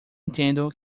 entendo